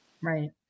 Right